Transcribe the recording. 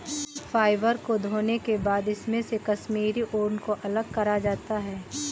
fibre को धोने के बाद इसमे से कश्मीरी ऊन को अलग करा जाता है